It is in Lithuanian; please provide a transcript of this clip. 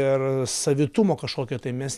ir savitumo kažkokio tai mes